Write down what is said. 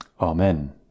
Amen